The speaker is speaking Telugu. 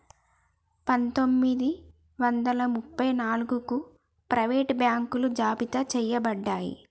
పందొమ్మిది వందల ముప్ప నాలుగగు ప్రైవేట్ బాంకులు జాబితా చెయ్యబడ్డాయి